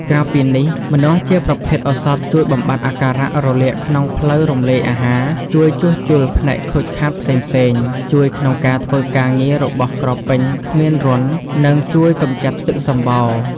ក្រៅពីនេះ ម្នាស់ជាប្រភេទឱសថជួយបំបាត់អាការៈរលាកក្នុងផ្លូវរំលាយអាហារ ជួយជួសជុលផ្នែកខូចខាតផ្សេងៗ ជួយក្នុងការធ្វើការងាររបស់ក្រពេញគ្មានរន្ធ និងជួយកម្ចាត់ទឹកសំបោរ។